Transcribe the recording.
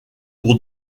pour